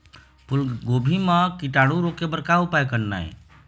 फूलगोभी म कीटाणु रोके बर का उपाय करना ये?